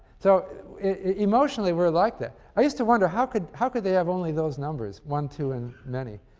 so emotionally we're like that. i used to wonder how could how could they have only those numbers one, two, and many.